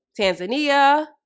Tanzania